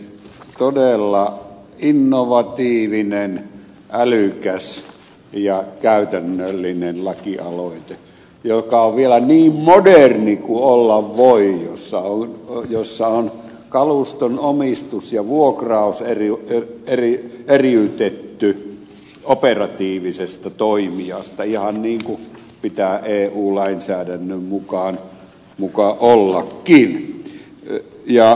todella innovatiivinen älykäs ja käytännöllinen lakialoite joka on vielä niin moderni kuin olla voi jossa on kaluston omistus ja vuokraus ja eri juttu ei aina eriytetty operatiivisesta toimijasta ihan niin kuin pitää eu lainsäädännön mukaan ollakin